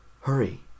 hurry